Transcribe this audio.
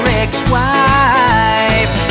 ex-wife